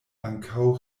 ankaŭ